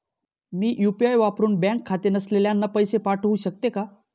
मी UPI वापरुन bank खाते नसलेल्यांना पैसे पाठवू शकते का?